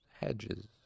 hedges